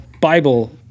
Bible